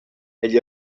egl